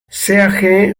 sea